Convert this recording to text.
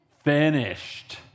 finished